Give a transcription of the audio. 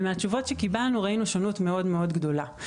מהתשובות שקיבלנו ראינו שונות מאוד מאוד גדולה.